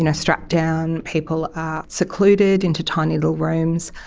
you know strapped down, people are secluded into tiny little rooms.